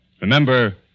Remember